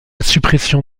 suppression